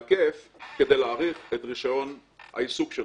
הכיף כדי להאריך את רישיון העיסוק שלך.